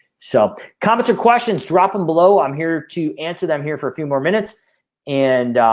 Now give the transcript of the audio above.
so comments or questions drop em below. i'm here to answer them here for a few more minutes and